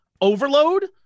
overload